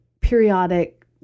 periodic